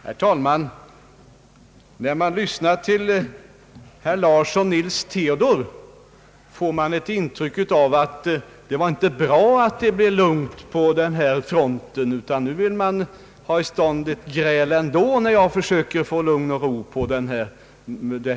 Herr talman! När jag lyssnade till herr Nils Theodor Larsson fick jag ett intryck av att det inte var bra att det blev lugn på denna front, utan att man ville ha till stånd gräl, fastän jag försöker få lugn och ro på detta område.